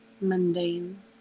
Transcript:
mundane